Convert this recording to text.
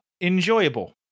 Enjoyable